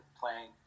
playing